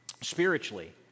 spiritually